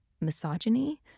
misogyny